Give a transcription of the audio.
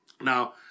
Now